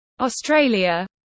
Australia